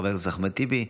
חבר הכנסת אחמד טיבי,